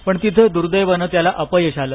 पण तिथ दुर्दैवाने त्याला अपयश आलं